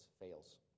fails